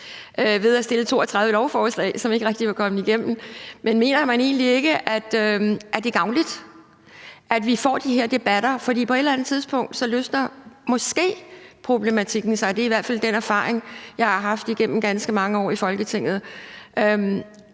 32 beslutningsforslag, som ikke rigtig kom igennem. Men mener man egentlig ikke, at det er gavnligt, at vi får de her debatter? For på et eller andet tidspunkt løsner problematikken sig måske. Det er i hvert fald den erfaring, jeg har haft igennem ganske mange år i Folketinget.